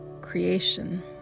creation